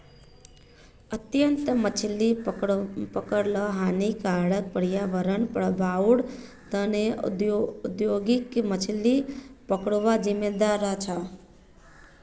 अत्यधिक मछली पकड़ ल हानिकारक पर्यावरणीय प्रभाउर त न औद्योगिक मछली पकड़ना जिम्मेदार रह छेक